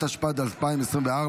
התשפ"ד 2024,